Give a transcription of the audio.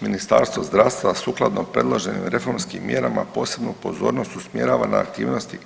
Ministarstvo zdravstva sukladno predloženim reformskim mjerama posebnu pozornost usmjerava na aktivnosti